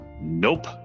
nope